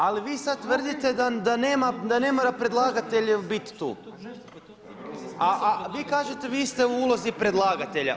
Ali vi sad tvrdite da ne mora predlagatelj biti tu, a vi kažete, vi ste u ulozi predlagatelja.